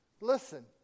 Listen